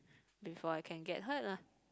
before I can get hurt lah